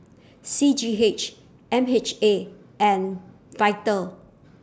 C G H M H A and Vital